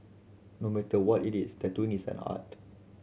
no matter what it is tattooing is an art